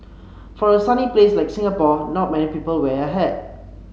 for a sunny place like Singapore not many people wear a hat